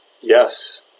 Yes